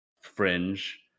Fringe